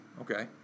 Okay